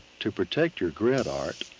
to protect your grid art,